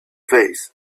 face